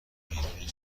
بیرونین